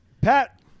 Pat